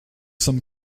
sommes